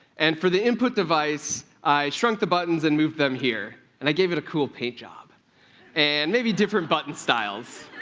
and for the input device, i shrunk the buttons and moved them here, here, and i gave it a cool paint job and maybe different button styles.